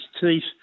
teeth